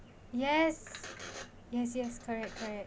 yes yes yes correct correct